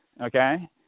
okay